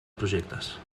projectes